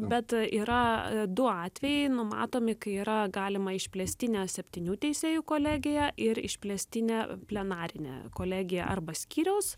bet yra du atvejai numatomi kai yra galima išplėstinė septynių teisėjų kolegija ir išplėstinė plenarinė kolegija arba skyriaus